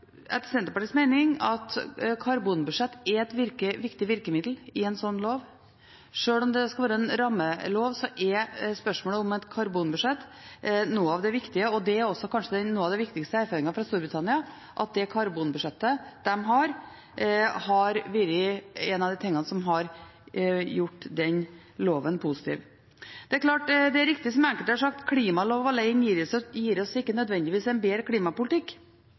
etter Senterpartiets mening erkjenne at karbonbudsjett er et viktig virkemiddel i en slik lov. Sjøl om det skal være en rammelov, er spørsmålet om et karbonbudsjett noe av det viktige. Det er kanskje også noe av den viktigste erfaringen fra Storbritannia, at det karbonbudsjettet de har, har vært en av de tingene som har gjort den loven positiv. Det er riktig, som enkelte har sagt, at en klimalov alene gir oss ikke nødvendigvis en bedre klimapolitikk,